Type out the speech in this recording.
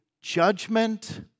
judgment